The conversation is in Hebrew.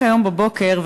רק הבוקר,